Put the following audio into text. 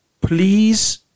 please